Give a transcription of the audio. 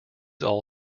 all